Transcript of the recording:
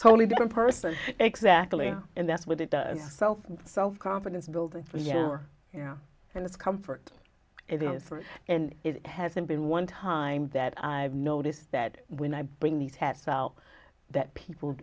totally different person exactly and that's what it does self self confidence building and it's comfort for and it hasn't been one time that i've noticed that when i bring these hatswell that people